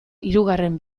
hirugarren